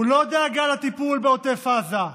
הוא לא דאגה לטיפול בעוטף עזה,